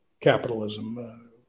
capitalism